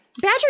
Badger